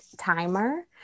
Timer